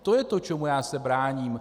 To je to, čemu já se bráním.